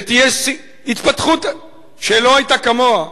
ותהיה התפתחות שלא היתה כמוה,